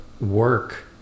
work